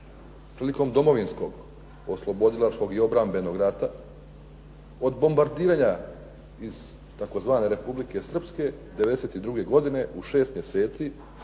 prilikom Domovinskog, oslobodilačkog i obrambenog rata od bombardiranja iz tzv. Republike Srpske iz '92. godine u 6 mjeseci,